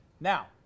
Now